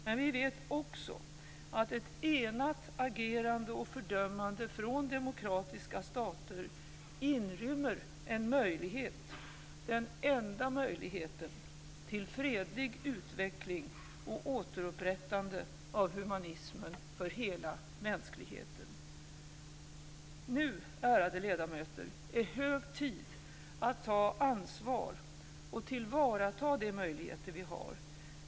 Men vi vet också att ett enat agerande och fördömande från demokratiska stater inrymmer en möjlighet - den enda möjligheten - till fredlig utveckling och återupprättande av humanismen för hela mänskligheten. Nu, ärade ledamöter, är det hög tid att ta ansvar och tillvarata de möjligheter vi har.